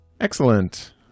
Excellent